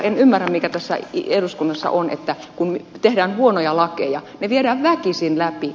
enkä ymmärrä mikä tässä eduskunnassa on että kun tehdään huonoja lakeja ne viedään väkisin läpi